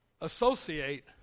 Associate